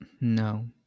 No